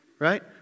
Right